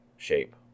shape